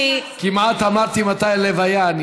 כמעט אמרתי מתי ההלוויה.